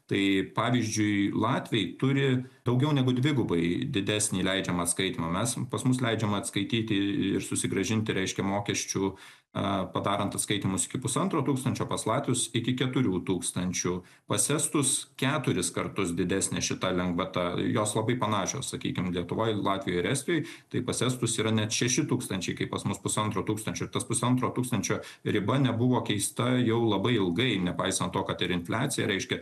tai pavyzdžiui latviai turi daugiau negu dvigubai didesnį leidžiamą atskaitymą mes pas mus leidžiama atskaityti ir susigrąžinti reiškia mokesčių padarant atskaitymus iki pusantro tūkstančio pas latvius iki keturių tūkstančių pas estus keturis kartus didesnė šita lengvata jos labai panašios sakykim lietuvoj latvijoj ir estijoj tai pas estus yra net šeši tūkstančiai kai pas mus pusantro tūkstančio tas pusantro tūkstančio riba nebuvo keista jau labai ilgai nepaisant to kad ir infliaciją reiškia